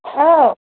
औ